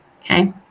Okay